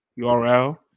URL